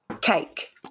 cake